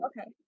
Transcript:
okay